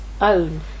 own